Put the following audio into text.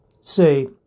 Say